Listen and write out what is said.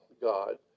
God